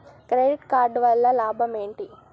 Credit card వల్ల లాభం ఏంటి?